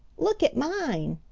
look at mine,